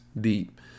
deep